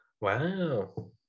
Wow